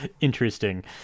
interesting